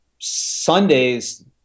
Sundays